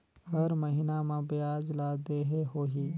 हर महीना मा ब्याज ला देहे होही?